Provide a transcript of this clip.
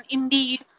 Indeed